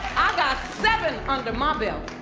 i got seven under my belt.